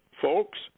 folks